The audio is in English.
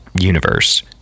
universe